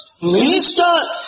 minister